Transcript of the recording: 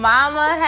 Mama